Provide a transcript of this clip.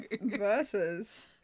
Versus